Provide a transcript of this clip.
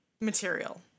material